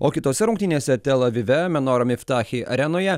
o kitose rungtynėse tel avive menora mivtachim arenoje